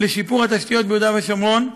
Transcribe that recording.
לשיפור התשתיות ביהודה ושומרון,